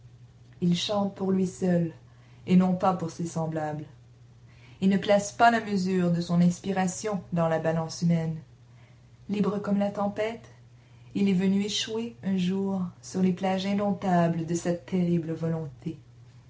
il chante pour lui seul et non pas pour ses semblables il ne place pas la mesure de son inspiration dans la balance humaine libre comme la tempête il est venu échouer un jour sur les plages indomptables de sa terrible volonté